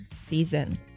season